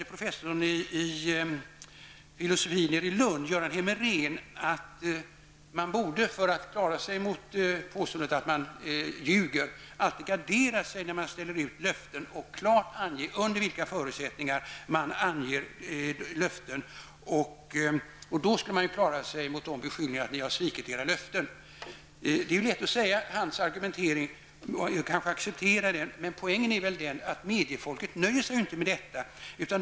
Professorn i filosofi i Lund Göran Hermerén sade att man borde för att klara sig mot påståendet att man ljuger alltid gardera sig när man ställer ut löften och klart ange under vilka förutsättningar man avgivit ett löfte. Då skulle man klara sig mot beskyllningar för att svikit löften. Det är lätt att acceptera den argumenteringen. Men poängen är att mediefolket nöjer sig inte med detta.